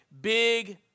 big